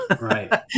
right